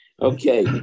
Okay